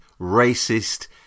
racist